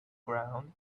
ground